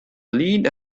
lead